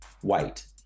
white